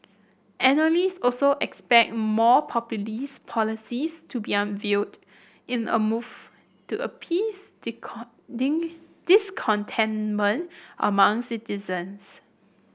analyst also expect more populist policies to be unveiled in a move to appease discontentment among citizens